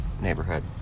neighborhood